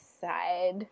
side